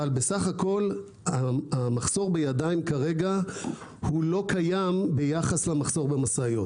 אבל בסך הכול המחסור בידיים כרגע לא קיים ביחס למחסור במשאיות.